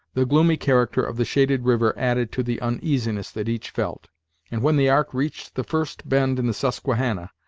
the gloomy character of the shaded river added to the uneasiness that each felt and when the ark reached the first bend in the susquehannah,